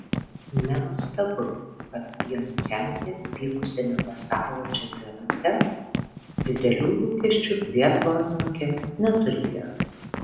nenuostabu kad pjongčange vykusiame pasaulio čempionate didelių lūkesčių biatlonininkė neturėjo